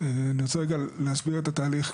אני רוצה רגע להסביר את התהליך,